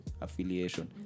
affiliation